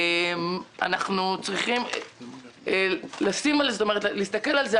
אנחנו צריכים להסתכל על זה,